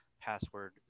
password